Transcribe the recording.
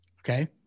Okay